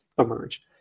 emerge